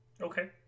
Okay